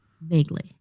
Vaguely